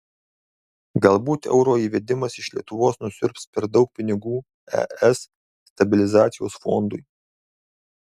galbūt euro įvedimas iš lietuvos nusiurbs per daug pinigų es stabilizacijos fondui